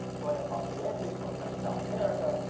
going across the atlantic, going down to south america,